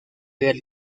del